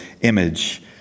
image